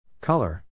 Color